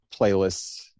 playlists